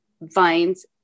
vines